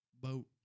boat